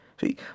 See